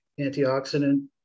antioxidant